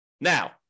Now